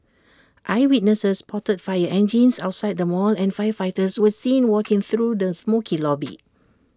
eyewitnesses spotted fire engines outside the mall and firefighters were seen walking through the smokey lobby